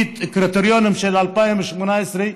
לפי הקריטריונים של 2018,